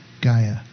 Gaia